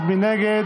בנושא: